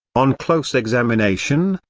on close examination,